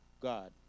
God